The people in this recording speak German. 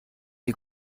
die